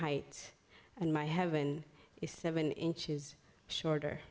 height and my heaven is seven inches shorter